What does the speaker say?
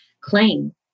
claim